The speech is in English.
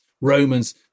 Romans